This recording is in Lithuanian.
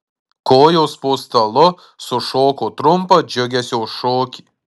kojos po stalu sušoko trumpą džiugesio šokį